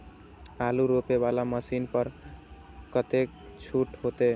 आलू रोपे वाला मशीन पर कतेक छूट होते?